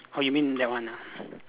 oh you mean that one ah